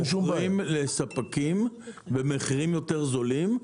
הם מוכרים לספקים במחירים יותר גדולים.